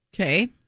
okay